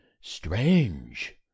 Strange